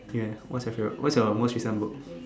ya what's your favourite what's your most recent book